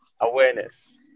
awareness